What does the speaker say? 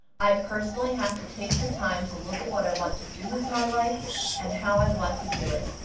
i personally have to take the time to look at what i want to do with my life and how i want to do it.